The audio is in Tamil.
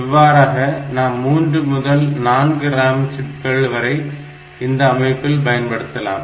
இவ்வாறாக நாம் 3 முதல் 4 RAM சிப்கள் வரை இந்த அமைப்பில் பயன்படுத்தலாம்